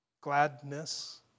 Gladness